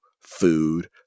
food